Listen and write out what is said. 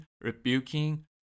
rebuking